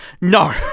No